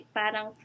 parang